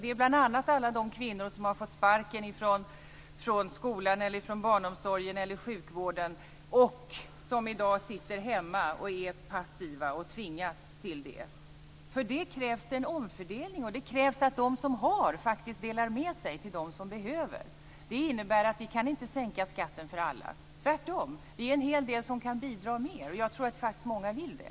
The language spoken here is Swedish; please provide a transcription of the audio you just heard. Det är bl.a. alla de kvinnor som har fått sparken från skolan, barnomsorgen och sjukvården och som i dag tvingas till passivitet i hemmen. För detta krävs en omfördelning. Det krävs att de som har delar med sig till dem som behöver. Det innebär att vi inte kan sänka skatten för alla. Tvärtom! Vi är en hel del som kan bidra mer. Jag tror att många vill det.